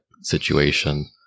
situation